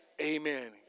Amen